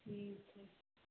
ठीक छै